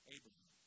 Abraham